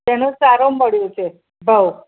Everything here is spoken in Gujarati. તેનો સારો મળ્યો છે ભાવ